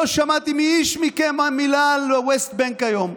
לא שמעתי מאיש מכם מילה על ה-West Bank היום.